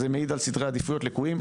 זה מעיד על סדרי עדיפויות לקויים.